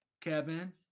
Kevin